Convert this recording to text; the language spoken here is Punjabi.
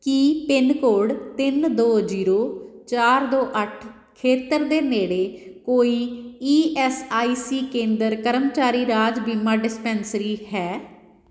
ਕੀ ਪਿੰਨਕੋਡ ਤਿੰਨ ਦੋ ਜ਼ੀਰੋ ਚਾਰ ਦੋ ਅੱਠ ਖੇਤਰ ਦੇ ਨੇੜੇ ਕੋਈ ਈ ਐੱਸ ਆਈ ਸੀ ਕੇਂਦਰ ਕਰਮਚਾਰੀ ਰਾਜ ਬੀਮਾ ਡਿਸਪੈਂਸਰੀ ਹੈ